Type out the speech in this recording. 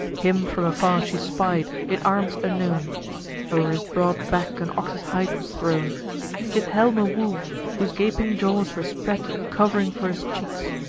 him from afar she spied, in arms unknown o'er his broad back an ox's hide was thrown his helm a wolf, whose gaping jaws were spread a cov'ring for his cheeks,